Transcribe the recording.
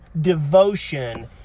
devotion